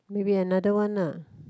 maybe another one lah